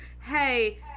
hey